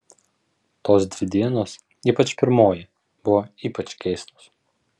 tos dvi dienos ypač pirmoji buvo ypač keistos